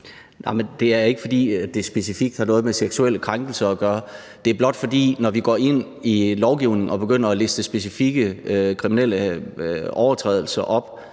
Det er ikke, fordi det specifikt har noget med seksuelle krænkelser at gøre. Det er blot, fordi vi, når vi går ind i lovgivningen og begynder at liste specifikke kriminelle overtrædelser op,